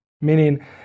Meaning